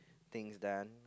things done